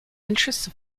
interests